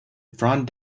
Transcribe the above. front